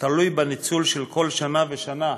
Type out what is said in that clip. תלוי בניצול של כל שנה ושנה,